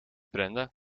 brenda